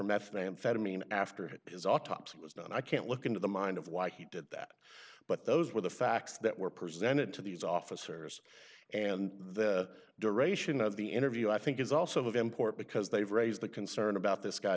methamphetamine after his autopsy was done i can't look into the mind of why he did that but those were the facts that were presented to these officers and the duration of the interview i think is also of import because they've raised the concern about this guy